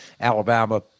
Alabama